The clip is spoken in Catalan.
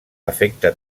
afecta